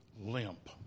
limp